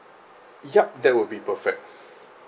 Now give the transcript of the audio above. yup that would be perfect